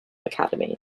academy